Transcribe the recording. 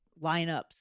lineups